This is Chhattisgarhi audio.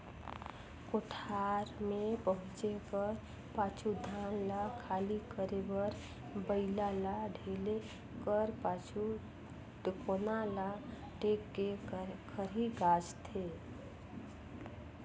कोठार मे पहुचे कर पाछू धान ल खाली करे बर बइला ल ढिले कर पाछु, टेकोना ल टेक के खरही गाजथे